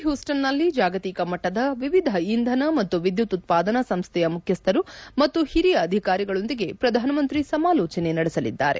ಹ್ಯೂಸ್ಟನ್ನಲ್ಲಿ ಜಾಗತಿಕ ಮಟ್ಟದ ವಿವಿಧ ಇಂಧನ ಮತ್ತು ವಿದ್ಯುತ್ ಉತ್ಪಾದನಾ ಸಂಸ್ಥೆಯ ಮುಖ್ಯಸ್ಥರು ಮತ್ತು ಹಿರಿಯ ಅಧಿಕಾರಿಗಳೊಂದಿಗೆ ಪ್ರಧಾನಮಂತ್ರಿ ಸಮಾಲೋಚನೆ ನಡೆಸಲಿದ್ದಾರೆ